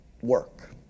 work